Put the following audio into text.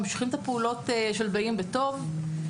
ממשיכים את הפעולות של "באים בטוב".